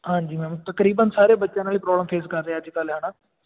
ਹਾਂਜੀ ਮੈਮ ਤਕਰੀਬਨ ਸਾਰੇ ਬੱਚਿਆਂ ਨਾਲ ਪ੍ਰੋਬਲਮ ਫੇਸ ਕਰ ਰਿਹਾ ਅੱਜ ਕੱਲ੍ਹ ਹੈ ਨਾ